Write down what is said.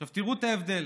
עכשיו תראו את ההבדל: